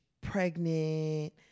pregnant